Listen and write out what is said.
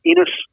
Enos